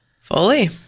Fully